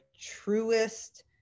truest